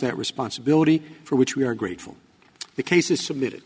that responsibility for which we are grateful the case is submitted